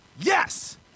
yes